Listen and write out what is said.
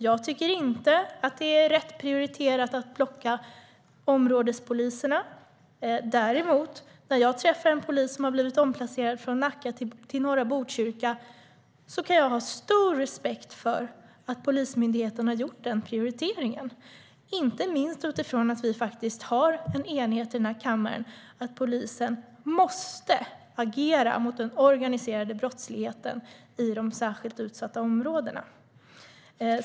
Jag tycker inte att det är rätt prioriterat att plocka områdespoliserna. Men när jag träffar en polis som har blivit omplacerad från Nacka till norra Botkyrka kan jag ha stor respekt för att Polismyndigheten har gjort den prioriteringen, inte minst med tanke på att vi i kammaren faktiskt är eniga om att polisen måste agera mot den organiserade brottsligheten i de särskilt utsatta områdena.